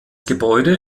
gebäude